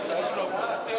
ההצעה להעביר את הצעת